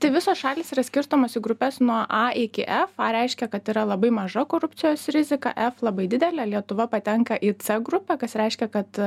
tai visos šalys yra skirstomos į grupes nuo a iki f a reiškia kad yra labai maža korupcijos rizika f labai didelė lietuva patenka į c grupę kas reiškia kad